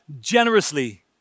generously